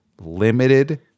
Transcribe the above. limited